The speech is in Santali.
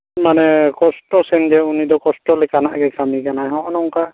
ᱢᱟᱱᱮ ᱠᱚᱥᱴᱚ ᱥᱮᱱᱜᱮ ᱩᱱᱤᱫᱚ ᱠᱚᱥᱴᱚ ᱞᱮᱠᱟᱱᱟᱜ ᱜᱮᱭ ᱠᱟᱹᱢᱤ ᱠᱟᱱᱟ ᱦᱚᱸᱜᱼᱚ ᱱᱚᱝᱠᱟ